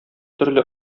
төрле